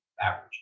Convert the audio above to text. average